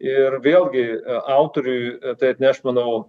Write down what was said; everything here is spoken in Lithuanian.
ir vėlgi autoriui tai atneš manau